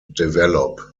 develop